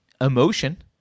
emotion